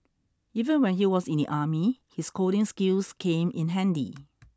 even when he was in the army his coding skills came in handy